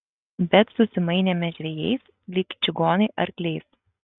bet susimainėme žvejais lyg čigonai arkliais